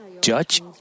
judge